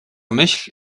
myśl